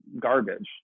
garbage